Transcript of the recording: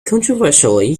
controversially